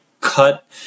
cut